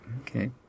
Okay